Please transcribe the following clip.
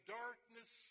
darkness